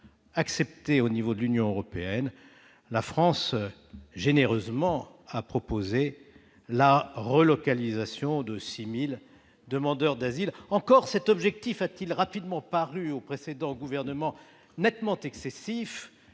acceptées au niveau de l'Union européenne, la France, généreusement, a proposé la relocalisation de 6 000 demandeurs d'asile. Et encore cet objectif a-t-il rapidement paru nettement excessif